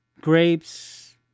grapes